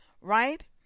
right